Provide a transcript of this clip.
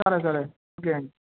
సరే సరే ఓకే అండి